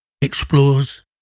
explores